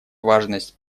важность